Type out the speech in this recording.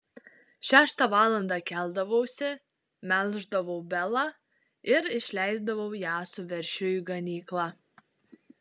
šeštą valandą keldavausi melždavau belą ir išleisdavau ją su veršiu į ganyklą